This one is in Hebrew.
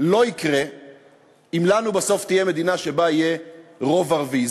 לא יקרה אם לנו בסוף תהיה מדינה שבה יהיה רוב ערבי.